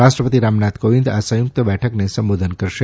રાષ્ટ્રપતિ રામનાથ કોવિંદ આ સંયુક્ત બેઠકને સંબોધન કરશે